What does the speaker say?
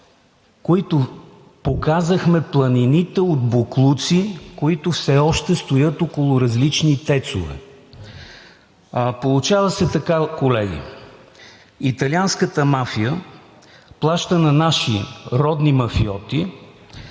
тема. Показахме планините от боклуци, които все още стоят, около различни ТЕЦ-ове. Колеги, получава се така, че италианската мафия плаща на наши родни мафиоти,